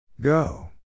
Go